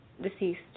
Deceased